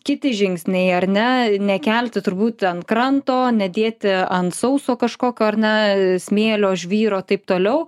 kiti žingsniai ar ne nekelti turbūt ant kranto nedėti ant sauso kažkokio ar na smėlio žvyro taip toliau